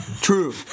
True